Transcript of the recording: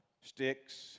sticks